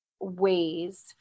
Ways